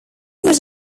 would